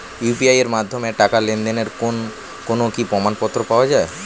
UPI এর মাধ্যমে টাকা লেনদেনের কোন কি প্রমাণপত্র পাওয়া য়ায়?